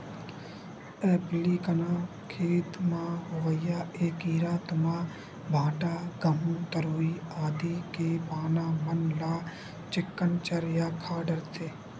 एपीलेकना खेत म होवइया ऐ कीरा तुमा, भांटा, गहूँ, तरोई आदि के पाना मन ल चिक्कन चर या खा डरथे